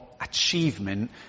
achievement